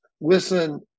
listen